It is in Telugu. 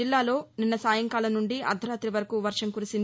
జిల్లాలో నిన్న సాయంకాలం నుండి అర్దరాతి వరకు వర్షం కురిసింది